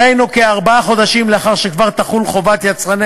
דהיינו כארבעה חודשים לאחר שכבר תחול חובת יצרני